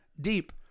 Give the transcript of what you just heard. deep